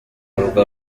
avuga